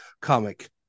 comic